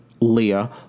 Leah